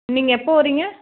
நீங்கள் எப்போ வரீங்க